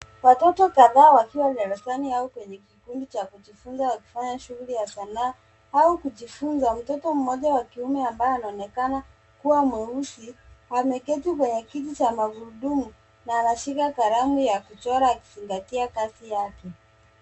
Watoto kadhaa wakiwa darasani au kwenye kikundi cha kujifunza wakifanya shughuli ya sanaa au kujifunza. Mtoto mmoja wa kiume ambaye anaonekana kuwa mweusi ameketi kwenye kiti cha magurudumu na anashika kalamu ya kuchora akizingatia kazi yake.